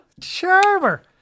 Charmer